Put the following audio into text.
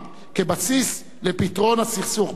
כבסיס לפתרון הסכסוך ביניהם.